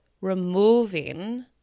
removing